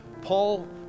Paul